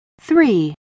three